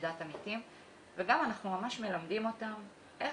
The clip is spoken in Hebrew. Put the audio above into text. אנחנו ממש מלמדים אותם מה